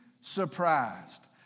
surprised